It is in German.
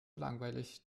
langweilig